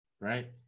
right